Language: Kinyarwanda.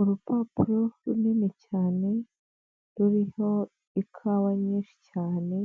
Urupapuro runini cyane ruriho ikawa nyinshi cyane,